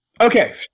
Okay